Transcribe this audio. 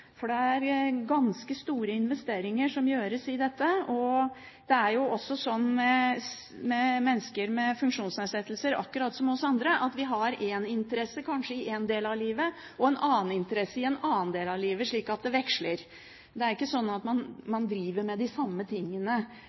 for det er ganske store investeringer som gjøres i dette. Og det er jo med mennesker med funksjonsnedsettelser akkurat som med oss andre, at vi har én interesse kanskje i en del av livet og en annen interesse i en annen del av livet, slik at det veksler. Det er ikke sånn at man driver med de samme tingene